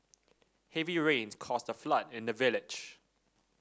heavy rains caused a flood in the village